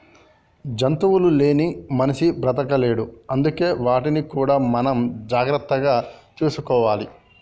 జంతువులు లేని మనిషి బతకలేడు అందుకే వాటిని కూడా మనం జాగ్రత్తగా చూసుకోవాలి